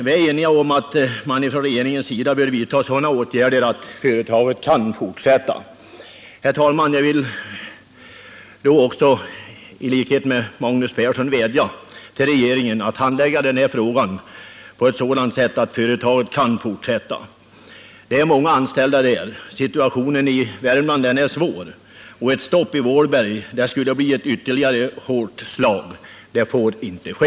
Vi är eniga om att man från regeringens sida bör vidta sådana åtgärder att företaget kan fortsätta. Herr talman! Jag vill i likhet med Magnus Persson vädja till regeringen att handlägga den här frågan på ett sådant sätt att företaget kan fortsätta. Det finns många anställda där. Situationen i Värmland är svår, och ett stopp i Vålberg skulle bli ytterligare ett hårt slag mot sysselsättningen i länet. Det får inte ske.